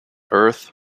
earth